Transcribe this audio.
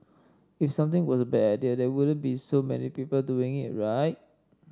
if something was bad idea there wouldn't be so many people doing it right